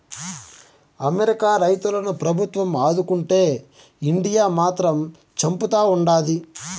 America రైతులను ప్రభుత్వం ఆదుకుంటే ఇండియా మాత్రం చంపుతా ఉండాది